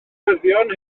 newyddion